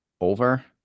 Over